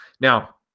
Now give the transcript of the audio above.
Now